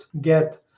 get